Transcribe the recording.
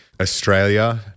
Australia